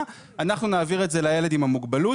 אנחנו נעביר את זה לילד עם המוגבלות.